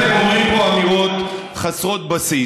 אתם אומרים פה אמירות חסרות בסיס.